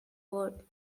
world